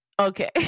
okay